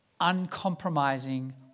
uncompromising